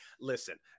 Listen